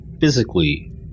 physically